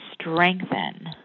strengthen